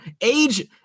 Age